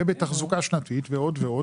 ובתחזוקה שנתית ועוד ועוד,